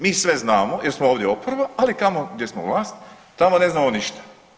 Mi sve znamo jer smo ovdje oporba, ali tamo gdje smo vlast tamo ne znamo ništa.